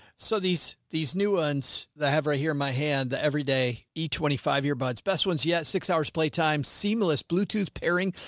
so these, these new ones that i have right here in my hand, the every day, each twenty five year bud's best ones, yet six hours playtime seamless bluetooth pairing,